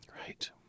Right